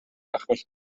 achos